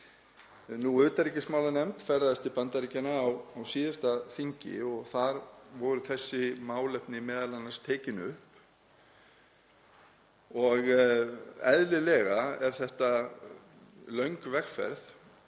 Utanríkismálanefnd ferðaðist til Bandaríkjanna á síðasta þingi og þar voru þessi málefni m.a. tekin upp og eðlilega er það löng vegferð